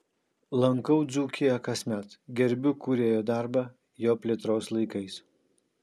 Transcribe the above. lankau dzūkiją kasmet gerbiu kūrėjo darbą jo plėtros laikais